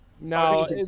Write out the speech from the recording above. No